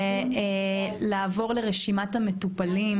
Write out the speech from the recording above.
רוצה לעבור לרשימת המטופלים,